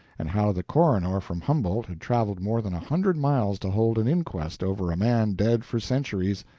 and how the coroner from humboldt had traveled more than a hundred miles to hold an inquest over a man dead for centuries,